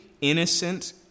innocent